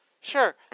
sure